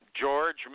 George